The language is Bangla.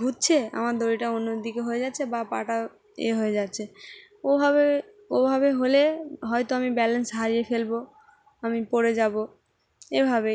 ঘুরছে আমার দড়িটা অন্য দিকে হয়ে যাচ্ছে বা পাটা ইয়ে হয়ে যাচ্ছে ওভাবে ওভাবে হলে হয়তো আমি ব্যালেন্স হারিয়ে ফেলবো আমি পড়ে যাবো এভাবেই